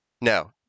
No